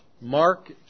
Mark